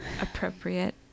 appropriate